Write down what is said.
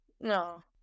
no